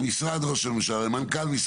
למשרד ראש הממשלה,